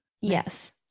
yes